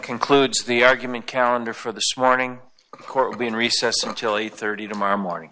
concludes the argument calendar for this morning court will be in recess until eight thirty tomorrow morning